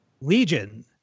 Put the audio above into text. Legion